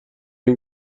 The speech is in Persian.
این